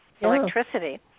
electricity